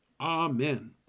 Amen